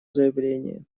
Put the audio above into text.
заявление